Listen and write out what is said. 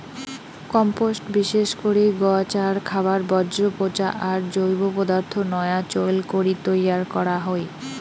compost বিশেষ করি গছ আর খাবার বর্জ্য পচা আর জৈব পদার্থ নয়া চইল করি তৈয়ার করা হই